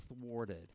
thwarted